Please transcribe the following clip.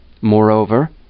Moreover